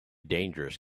dangerous